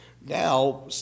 now